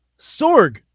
Sorg